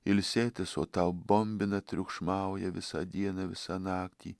ilsėtis o tau bombina triukšmauja visą dieną visą naktį